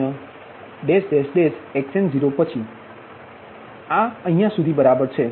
yn fnx10x20 xn0સુધી બરાબર છે